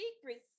Secrets